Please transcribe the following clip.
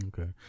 Okay